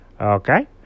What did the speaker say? Okay